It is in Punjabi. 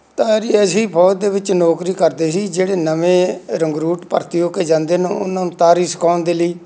ਤਾਰੀ ਅਸੀਂ ਫੌਜ ਦੇ ਵਿੱਚ ਨੌਕਰੀ ਕਰਦੇ ਸੀ ਜਿਹੜੇ ਨਵੇਂ ਰੰਗਰੂਟ ਭਰਤੀ ਹੋ ਕੇ ਜਾਂਦੇ ਨੇ ਉਹਨਾਂ ਨੂੰ ਤਾਰੀ ਸਿਖਾਉਣ ਦੇ ਲਈ